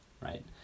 right